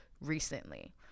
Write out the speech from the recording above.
recently